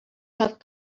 have